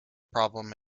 problem